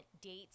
dates